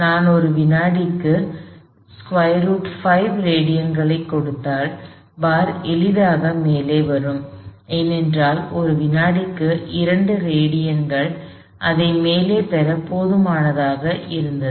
நான் ஒரு வினாடிக்கு √5 ரேடியன்களைக் கொடுத்தால் பார் எளிதாக மேலே வரும் ஏனென்றால் ஒரு வினாடிக்கு 2 ரேடியன்கள் அதை மேலே பெற போதுமானதாக இருந்தது